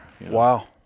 Wow